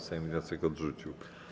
Sejm wniosek odrzucił.